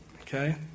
Okay